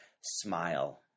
smile